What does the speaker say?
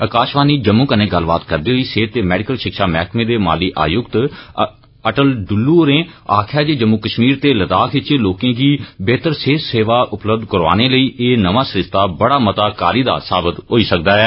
आकाशवाणी जम्मू कन्नै गल्लबात करदे होई सेहत ते मैडिकल शिक्षा मैह्कमें दे माली आयुक्त अटल डुल्लू होरें आक्खेआ जे जम्मू कश्मीर ते लद्दाख च लोके गी बेहतर सेहत सेवा उपलब्ध करोआने लेई एह् नमाँ सरिस्ता बड़ा मता कारी दा साबत होई सकदा ऐ